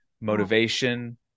motivation